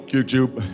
YouTube